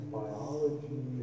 biology